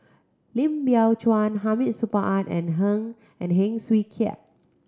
Lim Biow Chuan Hamid Supaat and Heng and Hing Swee Keat